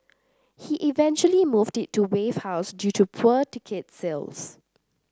he eventually moved it to Wave House due to poor ticket sales